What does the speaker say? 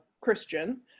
Christian